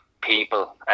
people